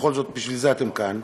בכל זאת, בשביל זה אתם כאן.